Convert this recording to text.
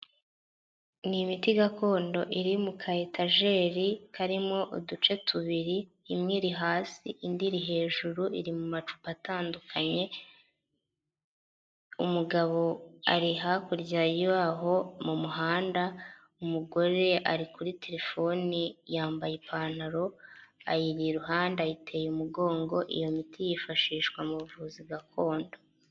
Ni imiti gakondo iri mu ka etajeri karimo uduce tubiri, imwe iri hasi, indi iri hejuru iri mu macupa atandukanye, umugabo ari hakurya yaho mu muhanda, umugore ari kuri telefoni yambaye ipantaro ayiri iruhande ayiteye umugongo, iyo miti yifashishwa mu buvuzi gakondo.